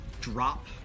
drop